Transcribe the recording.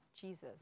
Jesus